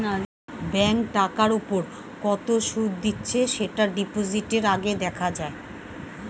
bank টাকার উপর কত সুদ দিচ্ছে সেটা ডিপোজিটের আগে দেখা যায়